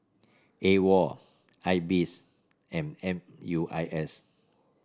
AWOL IBS and M U I S